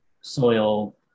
soil